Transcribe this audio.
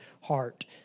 heart